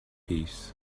peace